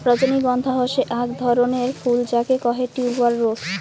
রজনীগন্ধা হসে আক রকমের ফুল যাকে কহে টিউবার রোস